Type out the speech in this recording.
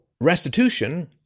restitution